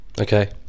Okay